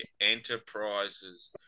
Enterprises